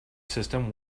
system